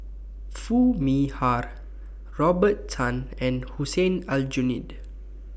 Foo Mee Har Robert Tan and Hussein Aljunied